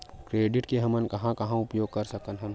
Credit के हमन कहां कहा उपयोग कर सकत हन?